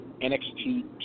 NXT